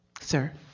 sir